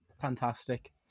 fantastic